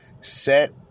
set